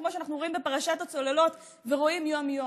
כמו שאנחנו רואים בפרשת הצוללות ורואים יום-יום.